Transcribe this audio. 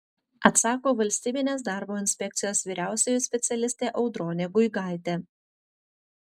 atsako valstybinės darbo inspekcijos vyriausioji specialistė audronė guigaitė